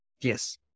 Yes